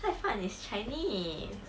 菜饭 is chinese